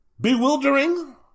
Bewildering